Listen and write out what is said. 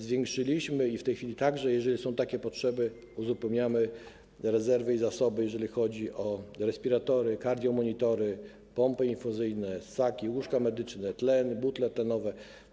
Zwiększyliśmy w tej chwili - jeżeli są takie potrzeby, to uzupełniamy rezerwy - zasoby, jeżeli chodzi o respiratory, kardiomonitory, pompy infuzyjne, ssaki, łóżka medyczne, tlen, butle tlenowe.